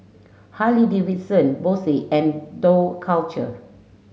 Harley Davidson Bose and Dough Culture